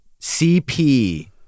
CP